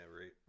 right